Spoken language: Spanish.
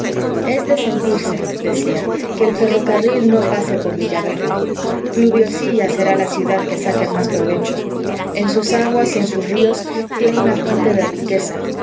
es de sentirse decía que el ferrocarril no pase por villaverde pluviosilla será la ciudad que saque más provecho en sus aguas y en sus ríos tiene una fuente de riqueza